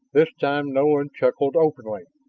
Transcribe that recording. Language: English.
this time nolan chuckled openly.